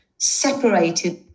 separated